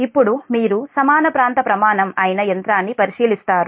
ఇప్పుడు మీరు సమాన ప్రాంత ప్రమాణం అయిన యంత్రాన్ని పరిశీలిస్తారు